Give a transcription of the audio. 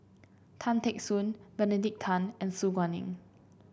Tan Teck Soon Benedict Tan and Su Guaning